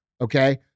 Okay